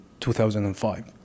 2005